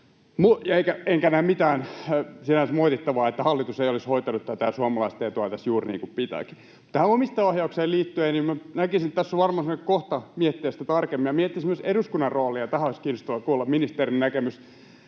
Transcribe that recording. Enkä näe sinänsä mitään moitittavaa, että hallitus ei olisi hoitanut tätä suomalaisten etua tässä juuri niin kuin pitääkin. Mutta tähän omistajaohjaukseen liittyen näkisin, että tässä on varmaan semmoinen kohta miettiä sitä tarkemmin ja miettisin myös eduskunnan roolia — tähän olisi kiinnostavaa kuulla ministerin näkemys.